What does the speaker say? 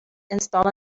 install